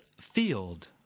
field